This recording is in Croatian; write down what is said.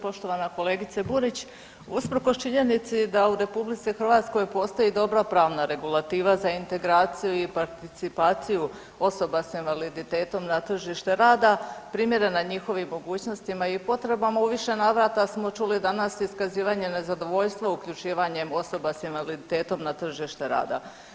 Poštovana kolegice Burić, usprkos činjenici da u RH postoji dobra pravna regulativa za integraciju i participaciju osoba s invaliditetom na tržište rada primjerena njihovim mogućnostima i potreba u više navrata smo čuli danas iskazivanje nezadovoljstva uključivanjem osoba s invaliditetom na tržište rada.